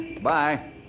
Bye